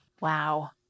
Wow